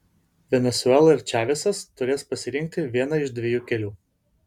venesuela ir čavesas turės pasirinkti vieną iš dviejų kelių